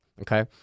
okay